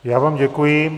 Já vám děkuji.